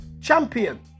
champion